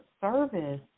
Service